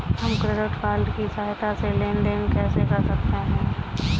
हम credit card की सहायता से लेन देन कैसे कर सकते हैं?